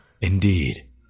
Indeed